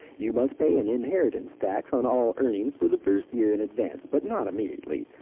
you must pay an inheritance tax on all earnings for the first year in advance, but not immediately.